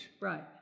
Right